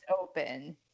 open